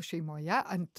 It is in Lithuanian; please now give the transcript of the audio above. šeimoje ant